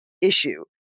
issue